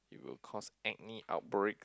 it will cause acne outbreaks